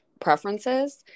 preferences